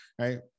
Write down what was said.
right